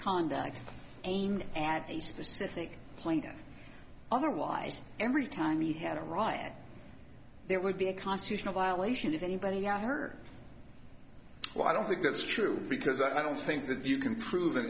conduct aimed at a specific point otherwise every time we had a riot there would be a constitutional violation if anybody heard well i don't think that's true because i don't think that you can prove